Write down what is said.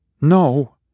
No